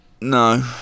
No